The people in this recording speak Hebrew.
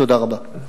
תודה רבה.